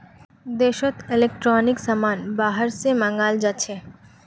देशोत इलेक्ट्रॉनिक समान बाहर से मँगाल जाछे